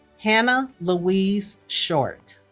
hannah louise short